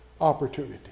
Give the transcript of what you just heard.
opportunity